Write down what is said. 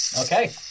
okay